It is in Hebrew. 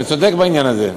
אני צודק בעניין הזה?